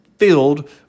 filled